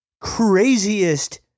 craziest